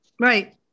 Right